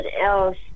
else